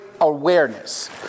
awareness